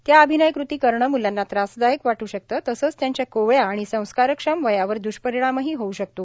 त्या अभिनयकृती करणं मुलांना त्रासदायक वाटू शकतं तसंच त्यांच्या कोवळ्या आणि संस्कारक्षम वयावर दुष्परिणामही होऊ शकतो